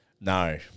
No